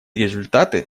результаты